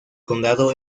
condado